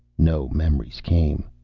no memories came.